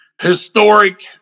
historic